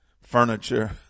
furniture